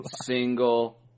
single